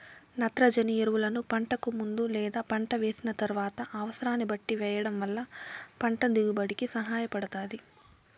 నత్రజని ఎరువులను పంటకు ముందు లేదా పంట వేసిన తరువాత అనసరాన్ని బట్టి వెయ్యటం వల్ల పంట దిగుబడి కి సహాయపడుతాది